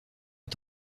est